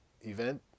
event